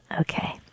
Okay